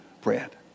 bread